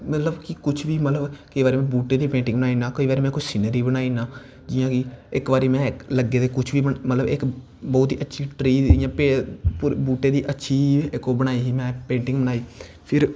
मतलव कि कुश बी मतलव केंई बारी में बूह्टे दी पेंटिंग बनाई ओड़ना केंई बारी में सीनरी बनाई ओड़ना जियां कि इक बारी में लग्गे दे कुश बी बौह्त ही अचछी ट्री बूह्टे दी अच्छी ओह् बनाई ही पेंटिंग बनाई